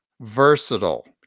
versatile